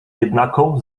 jednaką